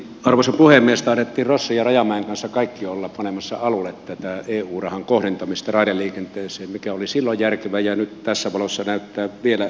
taidoimme rossin ja rajamäen kanssa kaikki olla panemassa alulle tätä eu rahan kohdentamista raideliikenteeseen mikä oli silloin järkevää ja nyt tässä valossa näyttää vielä järkevämmältä